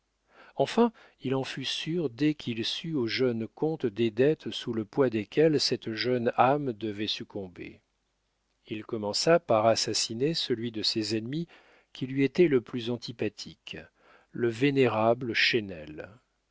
enfin il en fut sûr dès qu'il sut au jeune comte des dettes sous le poids desquelles cette jeune âme devait succomber il commença par assassiner celui de ses ennemis qui lui était le plus antipathique le vénérable